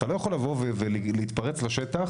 אתה לא יכול לבוא ולהתפרץ לשטח